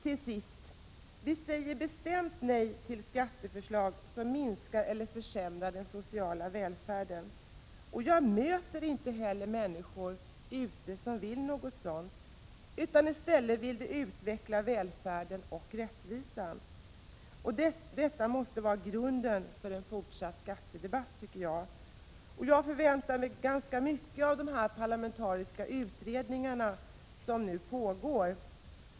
Till sist: Vi säger bestämt nej till skatteförslag som minskar eller försämrar den sociala välfärden. Jag möter inte heller människor ute som vill något sådant, utan i stället vill de utveckla välfärden och rättvisan. Detta måste också, anser jag, vara grunden för en fortsatt skattedebatt. Jag förväntar mig ganska mycket av de parlamentariska utredningar som nu pågår.